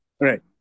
right